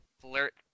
flirt